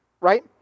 right